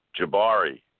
Jabari